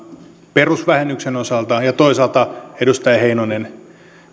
perusvähennyksen osalta ja toisaalta edustaja heinonen